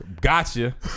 Gotcha